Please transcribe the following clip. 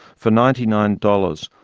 for ninety nine dollars,